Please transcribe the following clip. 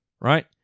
Right